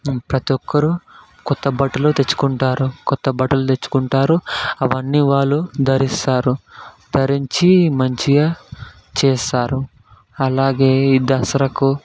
ప్రతిఒక్కరూ కొ త్తబట్టలు తెచ్చుకుంటారు కొత్తబట్టలు తెచ్చుకుంటారు అవన్నీ వాళ్ళు ధరిస్తారు ధరించి మంచిగా చేస్తారు అలాగే ఈ దసరాకు